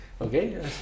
okay